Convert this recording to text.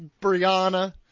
Brianna